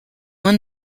won